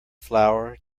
flour